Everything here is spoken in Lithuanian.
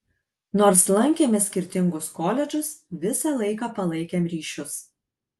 nors lankėme skirtingus koledžus visą laiką palaikėm ryšius